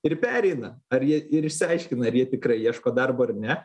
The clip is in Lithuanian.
ir pereina ar jie ir išsiaiškina ar jie tikrai ieško darbo ar ne